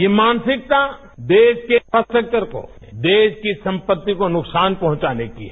यह मानसिकता देश के इंफ्रास्ट्रक्चर को देश की संपत्ति को नुकसान पहुंचाने की है